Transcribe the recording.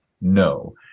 No